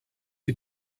you